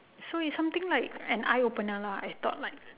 so it's something like an eye opener lah I thought like